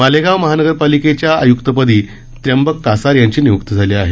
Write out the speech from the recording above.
मालेगाव महानगरपालिकेच्या आय्क्तपदी त्र्यंबक कासार यांची निय्क्ती झाली आहे